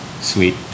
sweet